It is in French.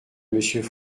monsieur